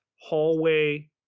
hallway